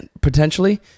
potentially